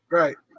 right